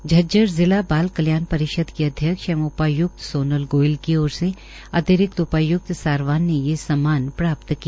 झज्जर जिला बाल कल्याण परिषद की अध्यक्ष एवं उपाय्क्त सोनल गोयल की ओर से अतिरिक्त उपाय्क्त सारवान ने यह सम्मान प्राप्त किया